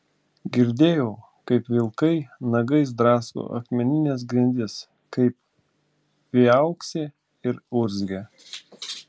girdėjau kaip vilkai nagais drasko akmenines grindis kaip viauksi ir urzgia